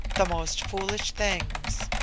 the most foolish things.